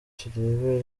turebere